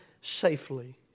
safely